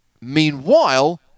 Meanwhile